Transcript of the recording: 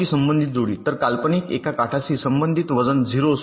तर काल्पनिक एका काठाशी संबंधित वजन 0 असू शकते